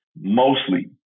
mostly